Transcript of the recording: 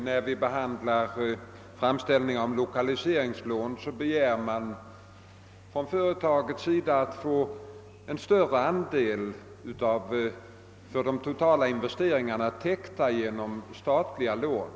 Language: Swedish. När vi behandlar framställningar om lokaliseringslån finner vi att företagen begär att få en större andel av de totala investeringarna täckta genom statliga lån.